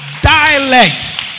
dialect